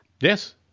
Yes